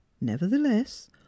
Nevertheless